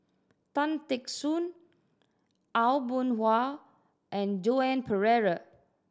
Tan Teck Soon Aw Boon Haw and Joan Pereira